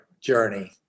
journey